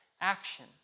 action